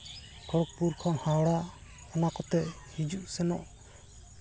ᱠᱷᱚᱲᱚᱜᱽᱯᱩᱨ ᱠᱷᱚᱱ ᱦᱟᱣᱲᱟ ᱚᱱᱟ ᱠᱚᱛᱮ ᱦᱤᱡᱩᱜ ᱥᱮᱱᱚᱜ